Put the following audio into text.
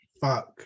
fuck